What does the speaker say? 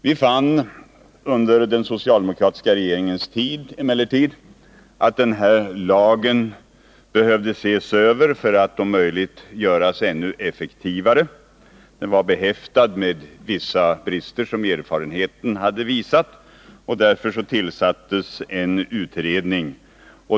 Vi fann under den socialdemokratiska regeringens tid emellertid att den här lagen behövde ses över för att om möjligt göras ännu effektivare. Erfarenheterna hade visat att den var behäftad med vissa brister, och därför tillsattes en utredning.